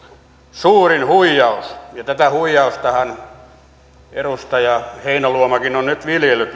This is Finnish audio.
suurin huijaus ja tätä huijaustahan edustaja heinäluomakin on nyt viljellyt